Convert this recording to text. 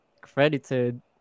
credited